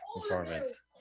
performance